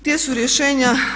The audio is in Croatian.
Gdje su rješenja?